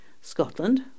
Scotland